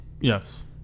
Yes